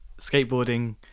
skateboarding